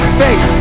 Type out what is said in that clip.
faith